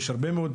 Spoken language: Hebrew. הרבה מאוד